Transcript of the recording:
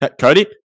Cody